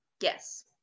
Yes